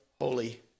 holy